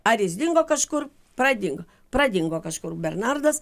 ar jis dingo kažkur pradingo pradingo kažkur bernardas